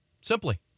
simply